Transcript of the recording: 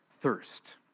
thirst